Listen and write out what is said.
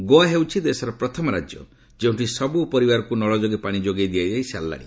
ଗୋଆ ହେଉଛି ଦେଶର ପ୍ରଥମ ରାଜ୍ୟ ଯେଉଁଠି ସବୁ ପରିବାରକୁ ନଳ ଯୋଗେ ପାଣି ଯୋଗାଇ ଦିଆଯାଉଛି